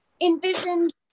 envisioned